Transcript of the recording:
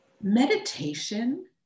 meditation